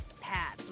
pad